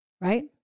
right